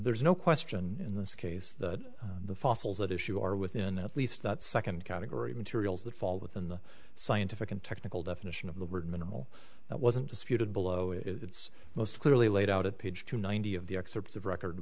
there is no question in this case that the fossils that issue are within the least that second category materials that fall within the scientific and technical definition of the word minimal that wasn't disputed below it's most clearly laid out at page two ninety of the excerpts of record